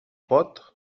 pot